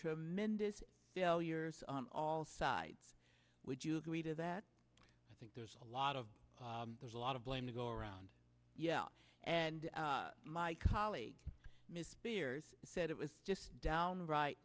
tremendous failures on all sides would you agree to that i think there's a lot of there's a lot of blame to go around yeah and my colleague mysterious said it was just downright